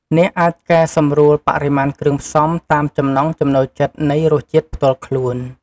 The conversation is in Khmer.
អ្នកអាច កែសម្រួលបរិមាណគ្រឿងផ្សំ តាមចំណង់ចំណូលចិត្តនៃរសជាតិផ្ទាល់ខ្លួន។